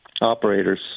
operators